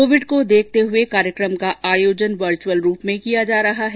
covid को देखते हुए कार्यक्रम का आयोजन वर्चुअल रूप में किया जा रहा है